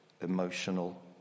emotional